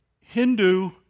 Hindu